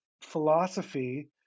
philosophy